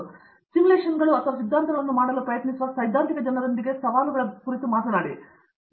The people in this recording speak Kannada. ಆದ್ದರಿಂದ ಸಿಮ್ಯುಲೇಶನ್ಗಳು ಅಥವಾ ಸಿದ್ಧಾಂತಗಳನ್ನು ಮಾಡಲು ಪ್ರಯತ್ನಿಸುವ ಸೈದ್ಧಾಂತಿಕ ಜನರೊಂದಿಗೆ ಸವಾಲುಗಳನ್ನು ಕುರಿತು ಮಾತನಾಡೋಣ